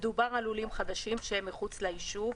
מדובר על לולים חדשים שהם מחוץ ליישוב,